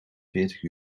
veertig